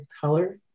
color